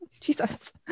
jesus